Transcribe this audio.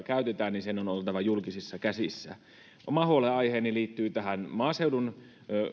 käytetään niin sen on oltava julkisissa käsissä oma huolenaiheeni liittyy maaseudun